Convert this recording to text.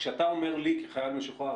כשאתה אומר לי כחייל משוחרר,